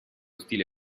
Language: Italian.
stile